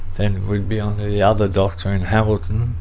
then we'd be on to the other doctor in hamilton,